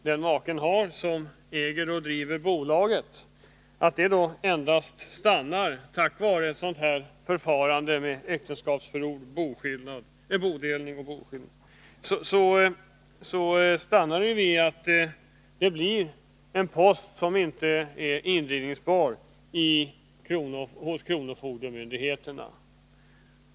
Den make som äger och driver bolaget har ett personligt betalningsansvar, men tack vare förfarandet med äktenskapsförord, boskillnad och bodelning blir tillgångarna inte indrivningsbara hos kronofogdemyndigheten.